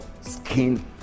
skin